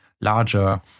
larger